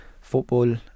football